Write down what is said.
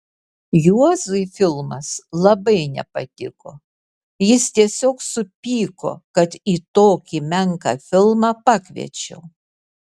juozui filmas labai nepatiko jis tiesiog supyko kad į tokį menką filmą pakviečiau